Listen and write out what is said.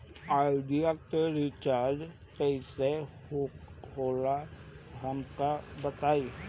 Idea के recharge कईसे होला हमका बताई?